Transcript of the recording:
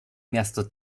miasto